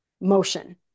motion